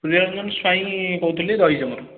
ସୁଧାଂଶୁ କୁମାର ସ୍ୱାଇଁ କହୁଥିଲି ଦହିଜମାରୁ